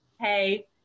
hey